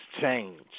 Change